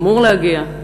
אמור להגיע,